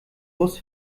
bus